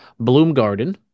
Bloomgarden